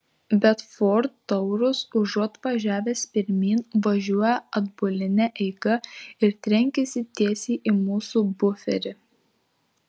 bet ford taurus užuot važiavęs pirmyn važiuoja atbuline eiga ir trenkiasi tiesiai į mūsų buferį